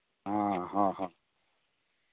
ᱦᱮᱸ ᱦᱮᱸ